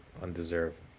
undeserved